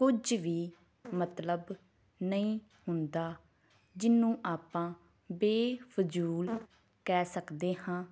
ਕੁਝ ਵੀ ਮਤਲਬ ਨਹੀਂ ਹੁੰਦਾ ਜਿਹਨੂੰ ਆਪਾਂ ਬੇਫ਼ਜ਼ੂਲ ਕਹਿ ਸਕਦੇ ਹਾਂ